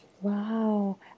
Wow